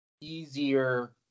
easier